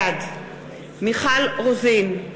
בעד מיכל רוזין,